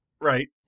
Right